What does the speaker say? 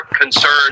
concerned